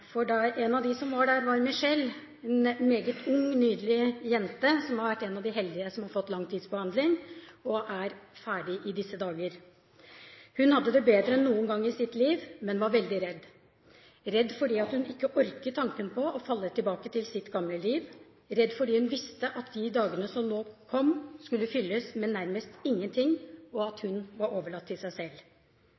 En av dem som var der, var Michelle, en meget ung, nydelig jente som har vært en av de heldige som har fått langtidsbehandling, og er ferdig i disse dager. Hun hadde det bedre enn noen gang i sitt liv, men var veldig redd: redd fordi hun ikke orket tanken på å falle tilbake til sitt gamle liv, redd fordi hun visste at de dagene som nå kom, skulle fylles med nærmest ingenting, og at